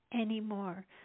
anymore